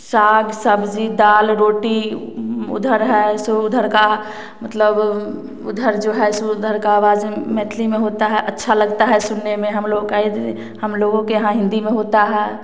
साग सब्जी दाल रोटी उधर है सो उधर का मतलब उधर सो है उधर का आवाज मैथिली में होता है अच्छा लगता है सुनने में हम लोग हम लोगों के यहाँ हिंदी में होता है